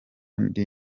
ndi